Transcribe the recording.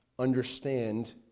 understand